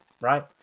right